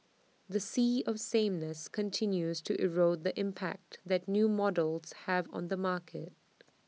the sea of sameness continues to erode the impact that new models have on the market